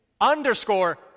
underscore